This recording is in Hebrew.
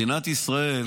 מדינת ישראל